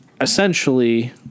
essentially